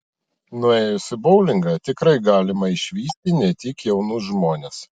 nuėjus į boulingą tikrai galima išvysti ne tik jaunus žmones